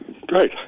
Great